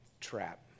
trap